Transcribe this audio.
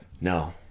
No